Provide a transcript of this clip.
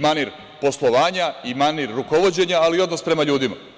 manir poslovanja, manir rukovođenja, ali i odnos prema ljudima.